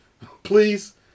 Please